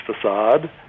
facade